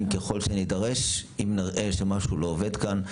ככל שנידרש אם נראה שמשהו לא עובד כאן.